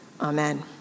Amen